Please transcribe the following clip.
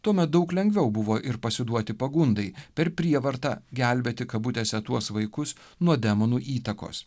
tuomet daug lengviau buvo ir pasiduoti pagundai per prievartą gelbėti kabutėse tuos vaikus nuo demonų įtakos